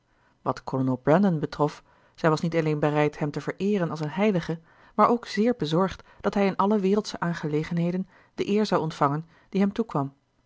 wat kolonel brandon betrof zij was niet alleen bereid hem te vereeren als een heilige maar ook zeer bezorgd dat hij in alle wereldsche aangelegenheden de eer zou ontvangen die hem toekwam